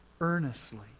earnestly